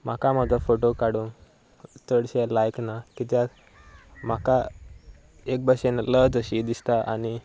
म्हाका म्हजो फोटो काडूं चडशें लायक ना कित्याक म्हाका एक भशेन लज अशी दिसता आनी